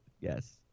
Yes